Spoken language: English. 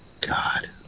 God